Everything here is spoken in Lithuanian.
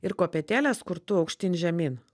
ir kopėtėlės kur tu aukštyn žemyn